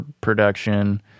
production